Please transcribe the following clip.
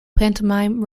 pantomime